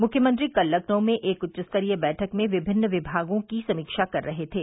मुख्यमंत्री कल लखनऊ में एक उच्चस्तरीय बैठक में विभिन्न विभागों की समीक्षा कर रहे थे